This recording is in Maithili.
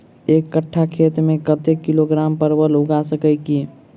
एक कट्ठा खेत मे कत्ते किलोग्राम परवल उगा सकय की??